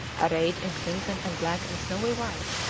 arrayed in crimson and black and snowy white,